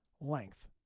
length